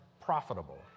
profitable